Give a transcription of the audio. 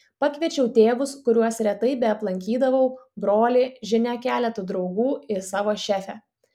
pakviečiau tėvus kuriuos retai beaplankydavau brolį žinia keletą draugų ir savo šefę